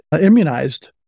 immunized